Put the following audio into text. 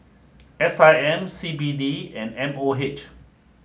S I M C B D and M O H